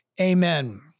Amen